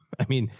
i mean,